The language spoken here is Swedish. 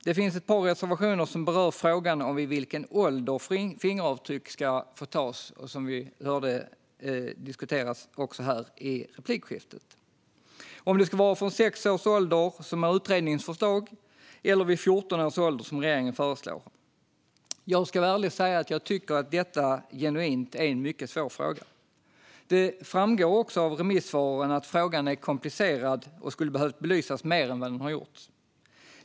Det finns ett par reservationer som berör frågan om vid vilken ålder fingeravtryck ska få tas, som vi hörde diskuteras här i replikskiftet. Det gäller om det ska vara från 6 års ålder, som är utredningens förslag, eller vid 14 års ålder, som regeringen föreslår. Jag ska vara ärlig och säga att jag tycker att detta genuint är en mycket svår fråga. Det framgår också av remissvaren att frågan är komplicerad och skulle ha behövt belysas mer än vad som gjorts.